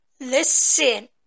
listen